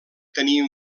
tenir